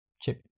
Chip